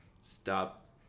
stop